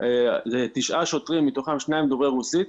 זה תשעה שוטרים מתוכם שניים דוברי רוסית,